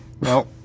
No